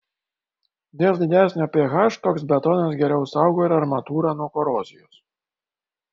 dėl didesnio ph toks betonas geriau saugo ir armatūrą nuo korozijos